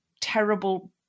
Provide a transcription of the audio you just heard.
terrible